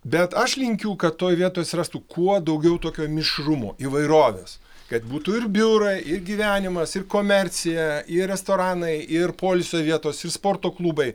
bet aš linkiu kad toj vietoj atsirastų kuo daugiau tokio mišrumo įvairovės kad būtų ir biurai ir gyvenimas ir komercija ir restoranai ir poilsiui vietos ir sporto klubai